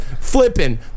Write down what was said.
flipping